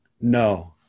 no